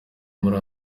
muri